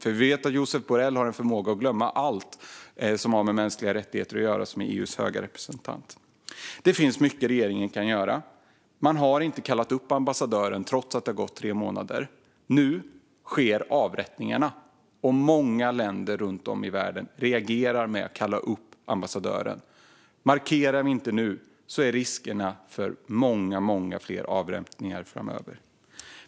Vi vet ju att EU:s höga representant Josep Borrell har en förmåga att glömma allt som har med mänskliga rättigheter att göra. Det finns mycket regeringen kan göra. Man har inte kallat upp ambassadören, trots att det har gått tre månader. Nu sker avrättningarna, och många länder runt om i världen reagerar med att kalla upp ambassadören. Markerar vi inte nu är det risk för många, många fler avrättningar framöver.